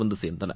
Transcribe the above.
வந்து சேர்ந்தன